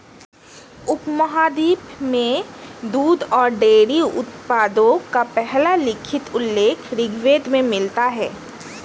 उपमहाद्वीप में दूध और डेयरी उत्पादों का पहला लिखित उल्लेख ऋग्वेद में मिलता है